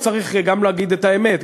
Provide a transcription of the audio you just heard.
צריך גם להגיד את האמת,